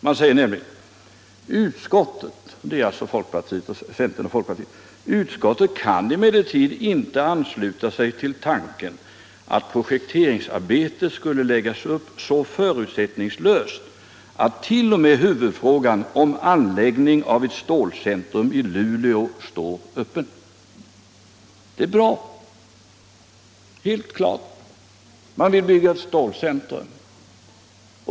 Man säger nämligen i reservationen: ”Utskottet” — det är alltså centerns och folkpartiets representanter —- kan emellertid inte ansluta sig till tanken att projekteringsarbetet skulle läggas upp så förutsättningslöst attt.o.m. huvudfrågan, om anläggning av ett stålcentrum i Luleå, står öppen.” Det är bra att få veta. Det är helt klart att man vill bygga ett stålcentrum.